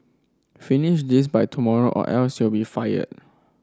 finish this by tomorrow or else you'll be fired